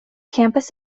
campus